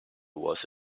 was